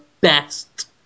best